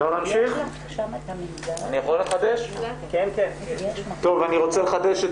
אני רוצה לסכם את